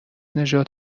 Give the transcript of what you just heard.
نژاد